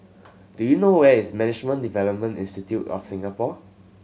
do you know where is Management Development Institute of Singapore